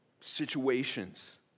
situations